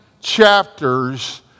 chapters